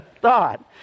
thought